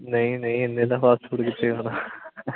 ਨਹੀਂ ਨਹੀਂ ਐਨੇ ਦਾ ਫਾਸਟਫੂਡ ਕਿੱਥੇ ਹੁੰਦਾ